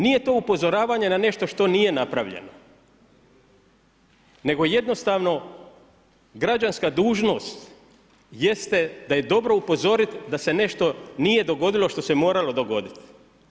Nije to upozoravanje na nešto što nije napravljeno nego jednostavno građanska dužnost jeste da je dobro upozoriti da se nešto nije dogodilo što se moralo dogoditi.